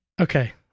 Okay